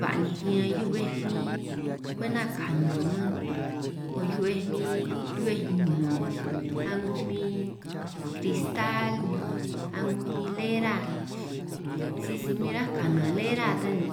Ba'ninj riñan hiu'bej min kwenta kanan man 'ngo hiu'bej min hiu'bej ñun, a'ngo min kristal, ni a'ngo min lera, sisi min ráj kanan lera ta ni